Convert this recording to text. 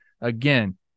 again